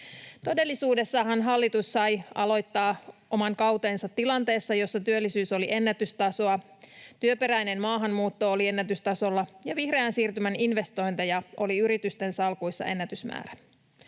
Todellisuudessahan hallitus sai aloittaa oman kautensa tilanteessa, jossa työllisyys oli ennätystasoa, työperäinen maahanmuutto oli ennätystasolla ja vihreän siirtymän investointeja oli yritysten salkuissa ennätysmäärä.